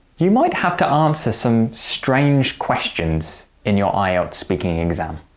you might have to answer some strange questions in your ielts speaking exam,